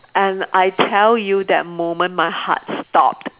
and I tell you that moment my heart stopped